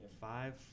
five